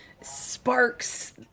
sparks